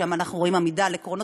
שם אנחנו רואים עמידה על עקרונות.